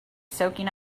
soaking